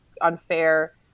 unfair